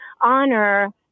honor